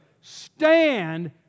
stand